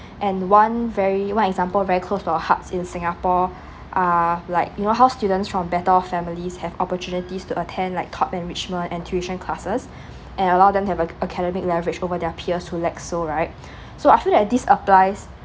and one very one example very close to our hearts in singapore are like you know how students from better off families have better opportunities to attend like top enrichment and tuition classes and allow them to have ac~ academic leverage over their peers who lacks so right so I feel that this applies